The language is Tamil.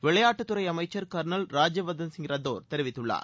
விளையாட்டுத்துறை அமைச்சர் கர்னல் ராஜ்யவர்தன் சிங் ரத்தோர் தெரிவித்துள்ளார்